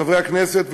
חברי הכנסת,